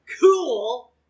cool